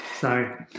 Sorry